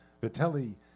Vitelli